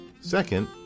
Second